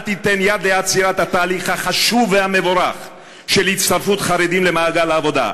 אל תיתן יד לעצירת התהליך החשוב והמבורך של הצטרפות חרדים למעגל העבודה,